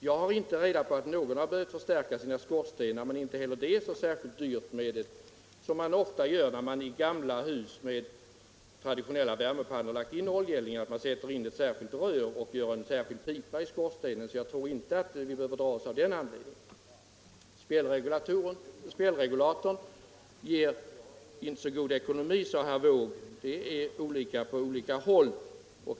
Jag har inte reda på att någon har behövt förstärka sin skorsten, men inte heller det är särskilt dyrt, om man i samband med att man installerar oljeeldning — det händer ju ofta i gamla hus med traditionella värmepannor — sätter in ett särskilt rör och gör en särskild pipa i skorstenen. Jag tror inte att man behöver dra sig för installation av spjällregulatorer av den anledningen. Spjällregulatorer ger inte så god ekonomi, sade herr Wååg. Det är olika på olika håll.